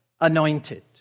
anointed